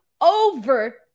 over